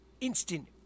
instant